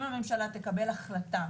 אם הממשלה תקבל החלטה